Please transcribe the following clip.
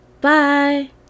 Bye